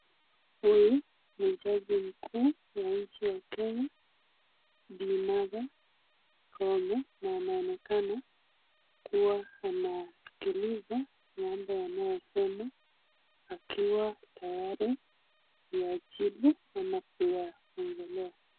Huyu ni jaji mkuu wa nchi ya Kenya Bi Martha Koome na anaonekana kuwa anasikiliza mambo yanayosemwa akiwa tayari kuyajibu ama kuyaongelea.